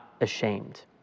ashamed